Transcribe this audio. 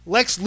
Lex